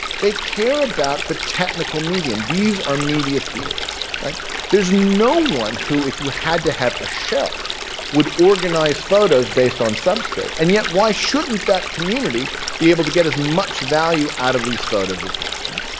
they care about the technical medium. these are media theorists. there's no one who if you had to have a shelf would organize photos based on substrate. and yet why shouldn't that community be able to get as much value out of these photos as possible?